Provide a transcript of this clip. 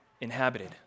inhabited